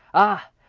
ah!